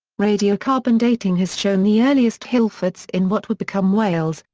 radiocarbon dating has shown the earliest hillforts in what would become wales,